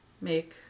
make